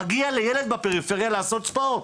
מגיע לילד בפריפריה לעשות ספורט,